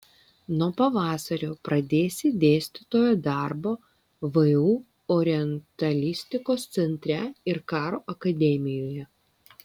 nuo pavasario pradėsi dėstytojo darbą vu orientalistikos centre ir karo akademijoje